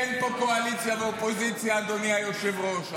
אין פה קואליציה ואופוזיציה, אדוני היושב-ראש.